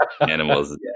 animals